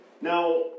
Now